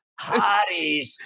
hotties